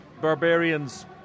Barbarians